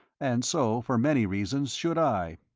and so, for many reasons, should i.